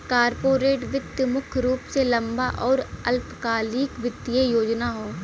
corporate वित्त मुख्य रूप से लंबा आउर अल्पकालिक वित्तीय योजना हौ